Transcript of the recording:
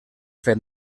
fet